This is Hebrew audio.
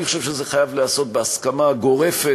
אני חושב שזה חייב להיעשות בהסכמה גורפת,